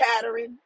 chattering